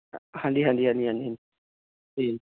ਹਾਂਜੀ ਹਾਂਜੀ ਹਾਂਜੀ ਤੇ